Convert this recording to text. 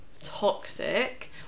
toxic